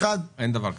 אין דבר כזה.